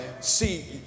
See